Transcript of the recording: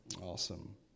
Awesome